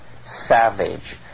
savage